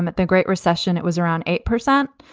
but the great recession, it was around eight percent.